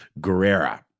Guerrera